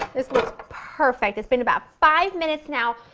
this looks perfect, it's been about five minutes now,